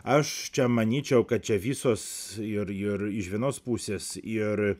aš čia manyčiau kad čia visos ir ir iš vienos pusės ir